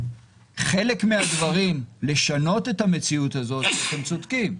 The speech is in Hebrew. חלק מהדברים, לשנות את המציאות הזאת, אתם צודקים.